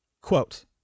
Quote